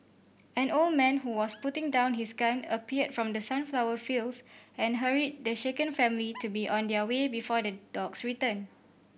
an old man who was putting down his gun appeared from the sunflower fields and hurried the shaken family to be on their way before the dogs return